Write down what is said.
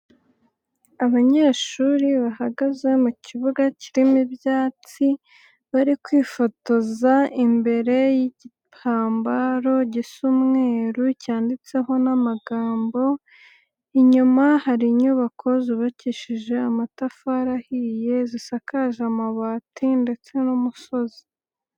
Abanyeshuri bahagaze mu kibuga kirimo ibyatsi, bari kwifotoza imbere y'igitambaro gisa umwerur cyanditseho n'amagambo, inyuma hari inyubako zubakishije amatafari ahiye zisakaje amabati ndetse n'umusozi.